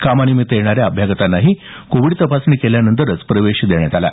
कामानिमित्त येणाऱ्या अभ्यागतांनाही कोविड तपासणी केल्यानंतर प्रवेश देण्यात आला